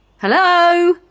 Hello